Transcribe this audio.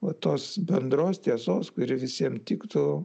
vat tos bendros tiesos kuri visiem tiktų